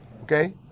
Okay